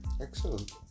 Excellent